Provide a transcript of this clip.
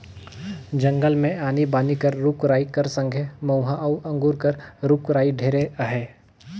जंगल मे आनी बानी कर रूख राई कर संघे मउहा अउ अंगुर कर रूख राई ढेरे अहे